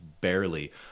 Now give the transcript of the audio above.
barely